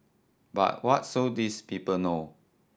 but what so these people know